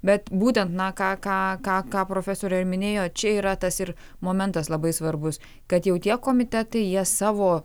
bet būtent na ką ką ką ką profesorė ir minėjo čia yra tas ir momentas labai svarbus kad jau tie komitetai jie savo